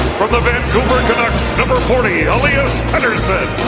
from the vancouver canucks, number forty elias pettersson.